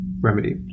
Remedy